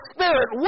Spirit